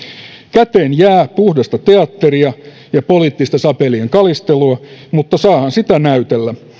käteen jää puhdasta teatteria ja poliittista sapelien kalistelua mutta saahan sitä näytellä